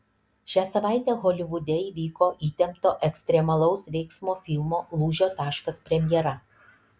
šią savaitę holivude įvyko įtempto ekstremalaus veiksmo filmo lūžio taškas premjera